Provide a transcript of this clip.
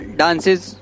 dances